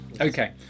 Okay